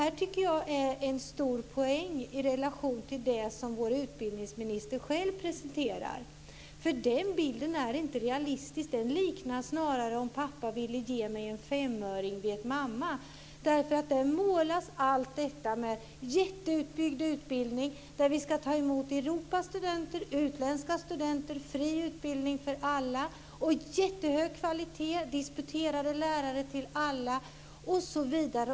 Jag tycker att det finns en stor poäng i detta i relation till det som vår utbildningsminister själv presenterar. Den bilden är nämligen inte realistisk. Snarare kan den liknas vid det där med om pappa ville ge mig en femöring, vet mamma. Där målas allt detta med en jätteutbyggd utbildning där vi ska ta emot Europas studenter och utländska studenter och där vi ska ha fri utbildning för alla. Dessutom ska det vara mycket hög kvalitet, disputerade lärare till alla osv.